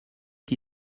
qui